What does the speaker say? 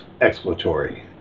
exploratory